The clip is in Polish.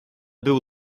był